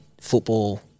football